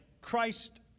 Christ